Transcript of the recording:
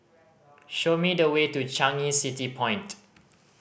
show me the way to Changi City Point